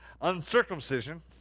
uncircumcision